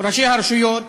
ראשי הרשויות